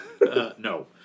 No